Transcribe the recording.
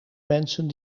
mensen